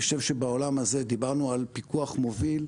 דיברנו על פיקוח מוביל,